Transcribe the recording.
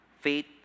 Faith